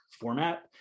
format